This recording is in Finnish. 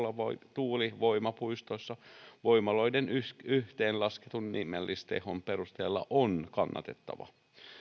tuulivoimapuistossa on voimaloiden yhteen lasketun nimellistehon perusteella kannatettava